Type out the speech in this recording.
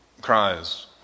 cries